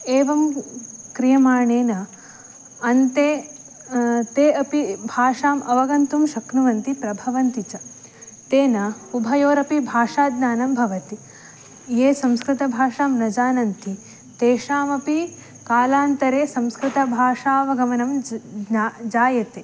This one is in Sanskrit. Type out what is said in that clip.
एवं क्रियमाणेन अन्ते ते अपि भाषाम् अवगन्तुं शक्नुवन्ति प्रभवन्ति च तेन उभयोरपि भाषाज्ञानं भवति ये संस्कृतभाषां न जानन्ति तेषामपि कालान्तरे संस्कृतभाषावगमनं ज् ज्ञा जायते